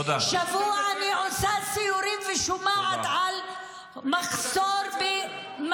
אצלנו פשוט אין בית ספר.